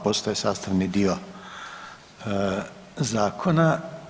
Postaje sastavni dio zakona.